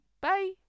Bye